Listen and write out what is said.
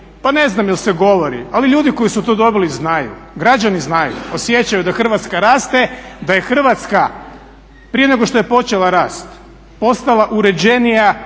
Pa ne znam jel se govori, ali ljudi koji su to dobili znaju, građani znaju, osjećaju da Hrvatska raste, da je Hrvatska prije nego što je počela rast ostala uređenija,